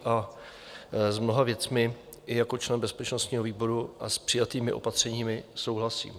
A s mnoha věcmi i jako člen bezpečnostního výboru i s přijatými opatřeními souhlasím.